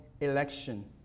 election